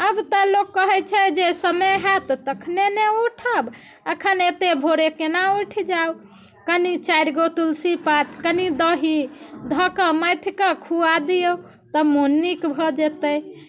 अब तऽ लोक कहैत छै जे समय होयत तखने ने उठब अखन एतेक भोरे केना उठि जायब कनि चारि गो तुलसी पात कनि दही धऽके मथि के खुआ दिऔ तब मन नीक भऽ जेतै